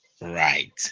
Right